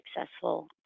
successful